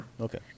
Okay